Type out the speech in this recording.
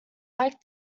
like